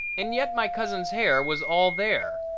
and yet my cousin's hair was all there,